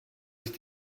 ist